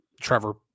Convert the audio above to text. Trevor